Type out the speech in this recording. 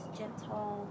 gentle